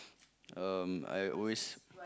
um I always